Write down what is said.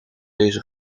deze